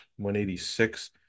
186